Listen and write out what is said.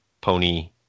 Pony